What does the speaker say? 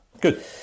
Good